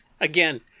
Again